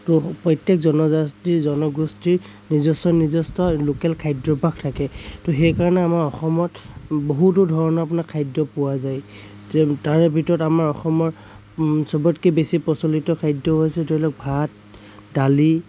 ত' প্ৰত্য়েক জনজাতি জনগোষ্ঠীৰ নিজস্ব নিজস্ব লোকেল খাদ্য়াভ্যাস থাকে ত' সেইকাৰণে আমাৰ অসমত বহুতো ধৰণৰ আপোনাৰ খাদ্য় পোৱা যায় যে তাৰে ভিতৰত আমাৰ অসমৰ চবতকে বেছি প্ৰচলিত খাদ্য় হৈছে ধৰি লওক ভাত দালি